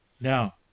Now